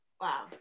Wow